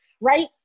Right